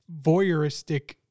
voyeuristic